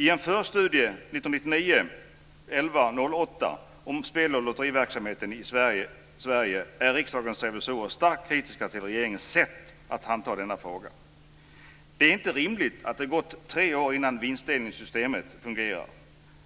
I en förstudie daterad den 8 november 1999 om spel och lotteriverksamheten i Sverige är riksdagens revisorer starkt kritiska till regeringens sätt att handha denna fråga. Det är inte rimligt att det har gått tre år innan vinstdelningssystemet har börjat fungera.